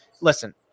listen